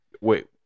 Wait